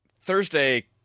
Thursday